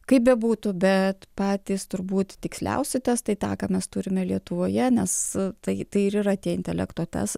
kaip bebūtų bet patys turbūt tiksliausi testai tą ką mes turime lietuvoje nes tai tai ir yra tie intelekto tes